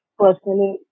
personally